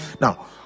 Now